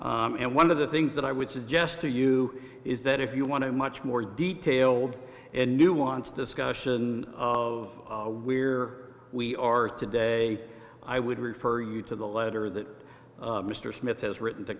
and one of the things that i would suggest to you is that if you want to much more detailed and nuanced discussion of we're we are today i would refer you to the letter that mr smith has written to